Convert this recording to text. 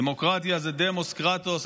דמוקרטיה זה דמוס קרטוס,